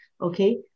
Okay